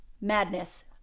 madness